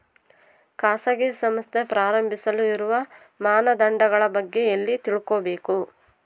ಖಾಸಗಿ ಸಂಸ್ಥೆ ಪ್ರಾರಂಭಿಸಲು ಇರುವ ಮಾನದಂಡಗಳ ಬಗ್ಗೆ ಎಲ್ಲಿ ತಿಳ್ಕೊಬೇಕು?